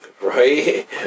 Right